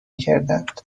کردند